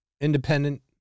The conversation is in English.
Independent